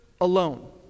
alone